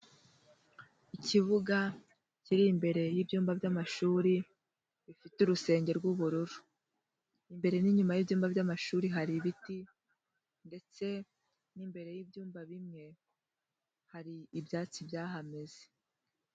Ikibuga kiri imbere y'ibyumba by'amashuri bifite urusenge rw'ubururu, imbere n'inyuma y'ibyumba by'amashuri hari ibiti ndetse n'imbere y'ibyumba bimwe hari ibyatsi byahameze.